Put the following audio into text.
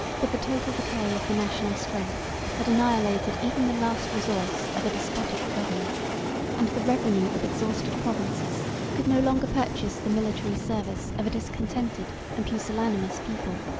but the total decay of the national strength had annihilated even the last resource of a despotic government and the revenue of exhausted provinces could no longer purchase the military service of a discontented and pusillanimous people.